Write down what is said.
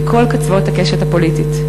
מכל קצוות הקשת הפוליטית: